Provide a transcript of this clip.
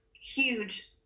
huge